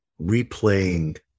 replaying